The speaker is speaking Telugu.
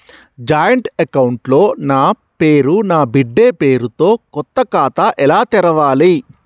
జాయింట్ అకౌంట్ లో నా పేరు నా బిడ్డే పేరు తో కొత్త ఖాతా ఎలా తెరవాలి?